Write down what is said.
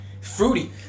Fruity